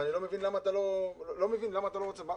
אבל אני לא מבין למה אתה לא רוצה שזה יתווסף.